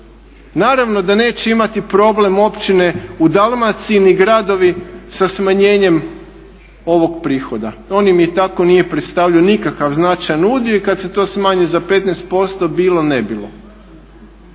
Naravno da neće imati problem općine u Dalmaciji ni gradovi sa smanjenjem ovog prihoda. On im i tako nije predstavljao nikakav značajan udio i kada se to smanji za 15% bilo ne bilo.